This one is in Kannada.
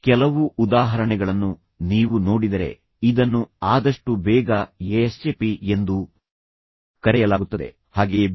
ಕೆಲವು ಉದಾಹರಣೆಗಳನ್ನು ನೀವು ನೋಡಿದರೆ ಇದನ್ನು ಆದಷ್ಟು ಬೇಗ ಎಎಸ್ಎಪಿ ಎಂದೂ ಕರೆಯಲಾಗುತ್ತದೆ ಹಾಗೆಯೇ ಬಿ